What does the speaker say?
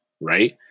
right